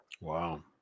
Wow